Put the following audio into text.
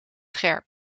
scherp